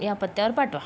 या पत्त्यावर पाठवा